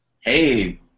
Hey